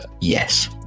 Yes